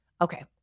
Okay